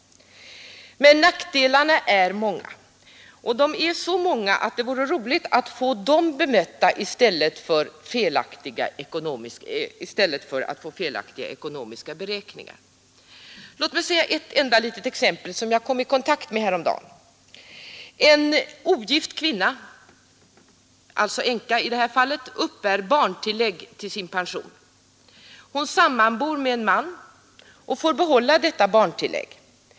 Nackdelarna är emellertid många, och de är så många att det vore roligt att få dem bemötta i sak i stället för att få felaktiga ekonomiska beräkningar. Låt mig anföra ett enda litet exempel som jag kom i kontakt med häromdagen. En ogift kvinna — i det här fallet en änka — uppbär barntillägg till sin pension. Hon sammanbor med en man och får behålla detta barntillägg.